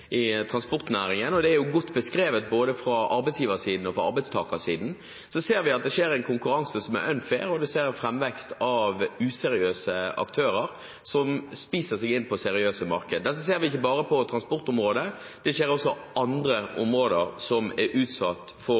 i transportnæringen – og det er godt beskrevet både fra arbeidsgiversiden og fra arbeidstakersiden – ser vi at det er en konkurranse som er unfair, og vi ser en framvekst av useriøse aktører som spiser seg inn på seriøse markeder. Dette ser vi ikke bare på transportområdet. Det skjer også på andre områder som er utsatt for